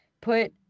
put